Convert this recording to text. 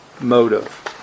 motive